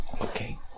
okay